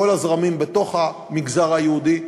כל הזרמים בתוך המגזר היהודי,